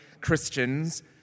Christians